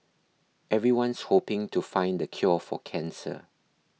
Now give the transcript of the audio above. everyone's hoping to find the cure for cancer